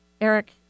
Eric